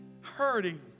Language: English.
hurting